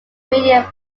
medium